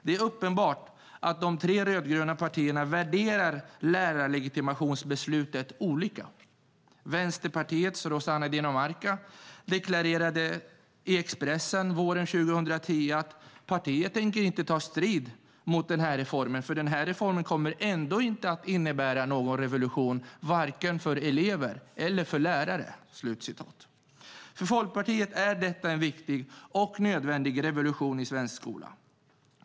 Det är uppenbart att de tre rödgröna partierna värderar lärarlegitimationsbeslutet olika. Vänsterpartiets Rossana Dinamarca deklarerade i Expressen våren 2010 att partiet inte tänkte ta strid mot reformen eftersom den ändå inte skulle innebära någon revolution för vare sig elever eller lärare. För Folkpartiet är detta en viktig och nödvändig revolution i svensk skola.